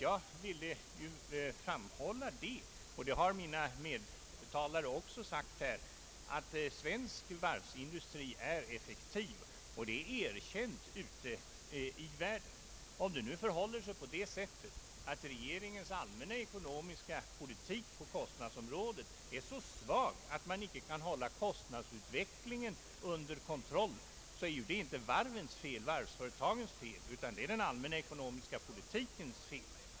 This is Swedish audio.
Jag ville framhålla — och det har mina meddebattörer här också sagt — att svensk varvsindustri är effektiv och att detta är erkänt ute i världen. Om det nu förhåller sig på det sättet att regeringens allmänna ekonomiska politik på kostnadsområdet är så svag att kostnadsutvecklingen inte kan kontrolleras, så är det inte varvsföretagens fel utan den allmänna ekonomiska politikens fel.